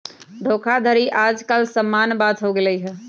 धोखाधड़ी याज काल समान्य बात हो गेल हइ